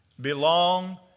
belong